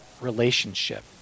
relationship